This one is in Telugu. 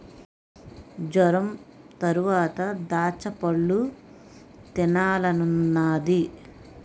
జొరంతరవాత దాచ్చపళ్ళు తినాలనున్నాది